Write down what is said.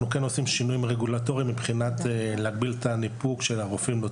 אנחנו עושים שינויים רגולטוריים מבחינת הגבלת הניפוק של הרופאים,